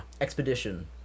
Expedition